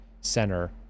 center